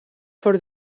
for